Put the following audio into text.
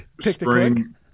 spring